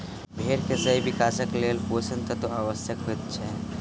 भेंड़ के सही विकासक लेल पोषण तत्वक आवश्यता होइत छै